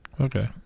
Okay